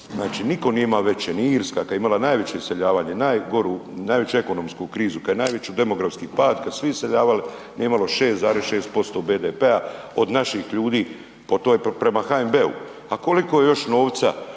Znači nitko nije imao veće, ni Irska kad je imala najveće iseljavanje, najveću ekonomsku krizu, kad je najveći demografski pad, kad su se svi iseljavali, nije imala 6,6% BDP-a od naših ljudi prema HNB-u a koliko je još novca,